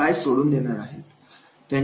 आणि काय सोडून देणार आहेत